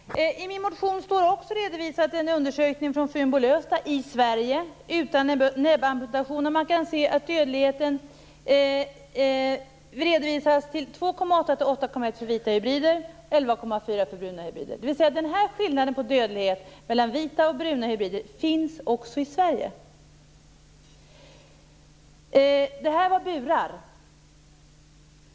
Fru talman! Svaret på frågan är: Nej, vi är inte beredda att göra avkall på djurskyddet. I min motion står också redovisat en undersökning från Funbo-Lövsta i Sverige, utan näbbamputation. Man kan se att dödligheten redovisas till 2,8-8,1 för vita hybrider och 11,4 för bruna hybrider. Den här skillnaden på dödlighet mellan vita och bruna hybrider finns alltså också i Sverige. Det här gällde burar.